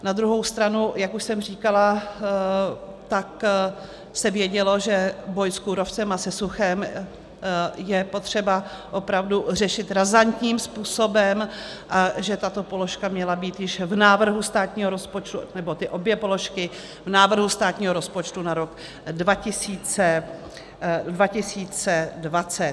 Na druhou stranu, jak už jsem říkala, tak se vědělo, že boj s kůrovcem a se suchem je potřeba opravdu řešit razantním způsobem a že tato položka měla být už v návrhu státního rozpočtu, nebo ty obě položky, v návrhu státního rozpočtu na rok 2020.